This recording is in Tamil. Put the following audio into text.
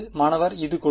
மாணவர் இது கொடுக்கும்